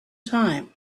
time